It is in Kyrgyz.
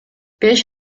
беш